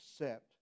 accept